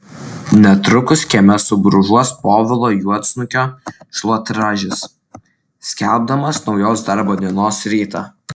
netrukus kieme subrūžuos povilo juodsnukio šluotražis skelbdamas naujos darbo dienos rytą